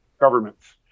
governments